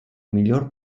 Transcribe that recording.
miglior